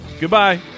Goodbye